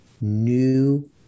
new